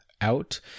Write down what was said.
out